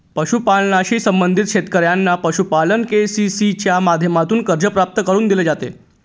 पशुपालनाशी संबंधित शेतकऱ्यांना पशुपालन के.सी.सी च्या माध्यमातून कर्ज प्राप्त करून दिले जाते